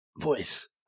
voice